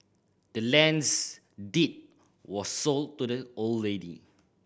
the land's deed was sold to the old lady